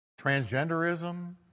transgenderism